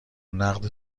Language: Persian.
نقد